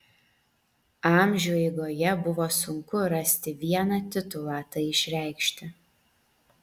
amžių eigoje buvo sunku rasti vieną titulą tai išreikšti